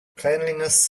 cleanliness